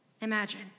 imagine